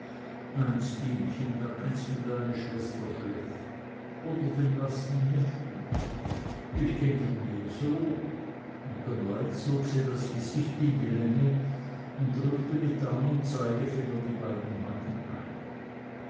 da kennst du deine schwester schlecht oder wegen den blassen neffen ich denk ihn mir so und dabei zog sie das gesicht in die länge und drückte mit daum und zeigefinger die beiden backen ein